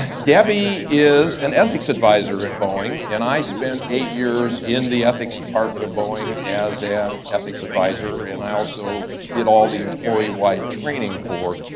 debbie is an ethics advisor at boeing, and i spent eight years in the ethics department of boeing as an ethics advisor, and i also did all the employee-wide training for